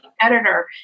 editor